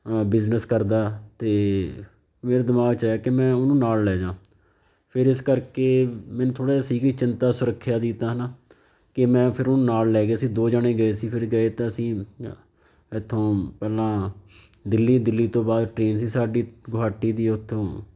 business ਕਰਦਾ ਅਤੇ ਮੇਰੇ ਦਿਮਾਗ 'ਚ ਆਇਆ ਕਿ ਮੈਂ ਉਹਨੂੰ ਨਾਲ ਲੈ ਜਾਂ ਫਿਰ ਇਸ ਕਰਕੇ ਮੈਨੂੰ ਥੋੜ੍ਹਾ ਜਿਹਾ ਸੀ ਕਿ ਚਿੰਤਾ ਸੁਰੱਖਿਆ ਦੀ ਤਾਂ ਹੈ ਨਾ ਕਿ ਮੈਂ ਫਿਰ ਉਹਨੂੰ ਨਾਲ ਲੈ ਗਿਆ ਸੀ ਦੋ ਜਾਣੇ ਗਏ ਸੀ ਫਿਰ ਗਏ ਤਾਂ ਅਸੀਂ ਇੱਥੋਂ ਪਹਿਲਾਂ ਦਿੱਲੀ ਦਿੱਲੀ ਤੋਂ ਬਾਅਦ ਟਰੇਨ ਸੀ ਸਾਡੀ ਗੁਹਾਟੀ ਦੀ ਉੱਥੋਂ